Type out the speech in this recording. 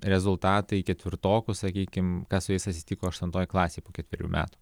rezultatai ketvirtokų sakykim kas su jais atsitiko aštuntoj klasėj po ketverių metų